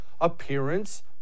Appearance